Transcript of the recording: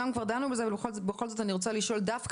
אומנם כבר דנו בזה ובכל זאת אני רוצה לשאול דווקא